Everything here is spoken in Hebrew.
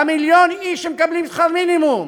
למיליון איש שמקבלים שכר מינימום.